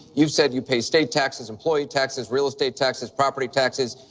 you've said you pay state taxes, employee taxes, real estate taxes, property taxes.